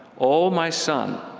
o my son,